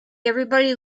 everybody